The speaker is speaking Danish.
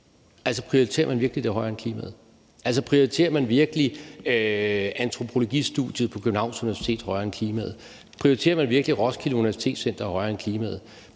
Altså, prioriterer man virkelig det højere end klimaet? Prioriterer man virkelig antropologistudiet på Københavns Universitet højere end klimaet? Prioriterer man virkelig Roskilde Universitet højere end klimaet?